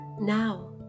now